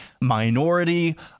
minority